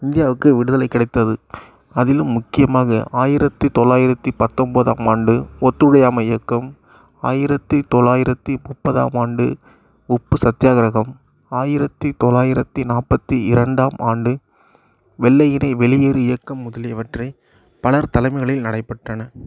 இந்தியாவுக்கு விடுதலை கிடைத்தது அதிலும் முக்கியமாக ஆயிரத்தி தொள்ளாயிரத்தி பத்தன்போதாம் ஆண்டு ஒத்துழையாமை இயக்கம் ஆயிரத்தி தொள்ளாயிரத்தி முப்பதாம் ஆண்டு உப்பு சத்யாகிரகம் ஆயிரத்தி தொள்ளாயிரத்தி நாற்பத்தி இரண்டாம் ஆண்டு வெள்ளையனே வெளியேறு இயக்கம் முதலியவற்றை பலர் தலைமைகளில் நடைப்பெற்றன